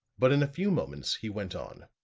but in a few moments he went on